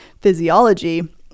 physiology